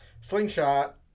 slingshot